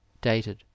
dated